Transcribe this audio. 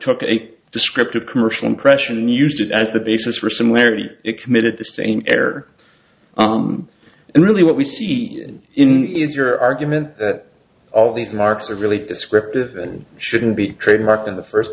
took a descriptive commercial impression and used it as the basis for similarity it committed the same error and really what we see in the is your argument that all these marks are really descriptive and shouldn't be trademarked in the first